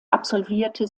absolvierte